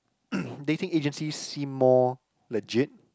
dating agency seem more legit